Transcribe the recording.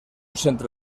centre